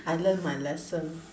I learn my lesson